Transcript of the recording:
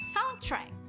Soundtrack